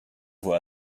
voit